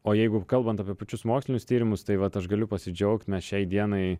o jeigu kalbant apie pačius mokslinius tyrimus tai vat aš galiu pasidžiaugt mes šiai dienai